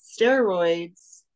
steroids